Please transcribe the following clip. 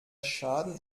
schaden